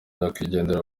nyakwigendera